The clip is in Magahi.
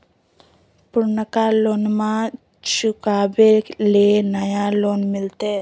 पुर्नका लोनमा चुकाबे ले नया लोन मिलते?